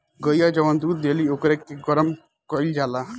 गइया जवन दूध देली ओकरे के गरम कईल जाला